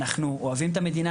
אנחנו אוהבים את המדינה,